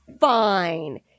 fine